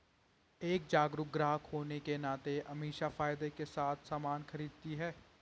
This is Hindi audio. एक जागरूक ग्राहक होने के नाते अमीषा फायदे के साथ सामान खरीदती है